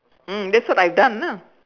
mm that's what I've done ah